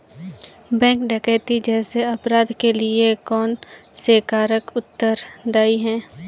Bank डकैती जैसे अपराध के लिए कौन से कारक उत्तरदाई हैं?